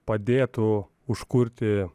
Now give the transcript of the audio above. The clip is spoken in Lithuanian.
padėtų užkurti